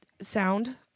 sound